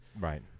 Right